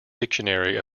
dictionary